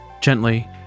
Gently